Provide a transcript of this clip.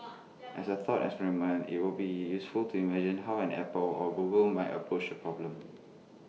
as A thought experiment IT would be useful to imagine how an Apple or Google might approach the problem